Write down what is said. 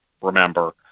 remember